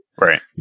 Right